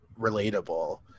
relatable